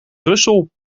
brussel